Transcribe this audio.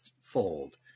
fold